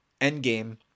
Endgame